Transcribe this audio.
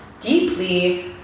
deeply